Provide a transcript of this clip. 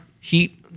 heat